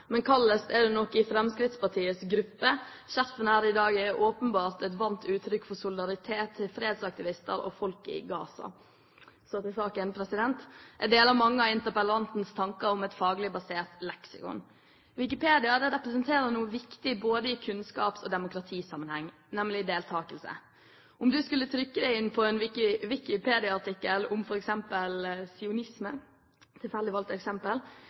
Men kaldest er det nok i Fremskrittspartiets gruppe. Skjerfene her i dag er åpenbart et varmt uttrykk for solidaritet til fredsaktivister og folket i Gaza. Så til saken. Jeg deler mange av interpellantens tanker om et faglig basert leksikon. Wikipedia representerer noe viktig både i kunnskaps- og demokratisammenheng, nemlig deltakelse. Om du skulle trykke deg inn på en Wikipedia-artikkel om f.eks. sionisme – et tilfeldig valgt eksempel